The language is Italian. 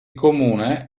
comune